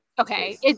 okay